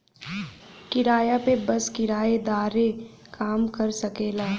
किराया पे बस किराएदारे काम कर सकेला